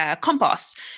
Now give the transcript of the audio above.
compost